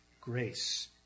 grace